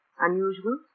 Unusual